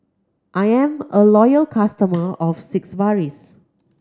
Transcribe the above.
I am a loyal customer of